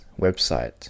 website